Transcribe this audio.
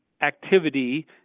activity